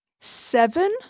seven